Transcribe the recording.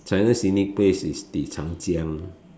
China scenic place is the Changjiang